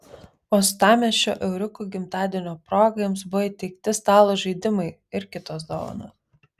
uostamiesčio euriukų gimtadienio proga jiems buvo įteikti stalo žaidimai ir kitos dovanos